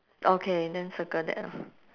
okay then circle that orh